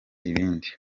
ibindi